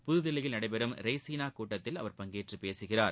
புதுதில்லியில் நடைபெறும் ரெய்சினா கூட்டத்தில் அவர் பங்கேற்று பேசுகிறார்